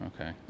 okay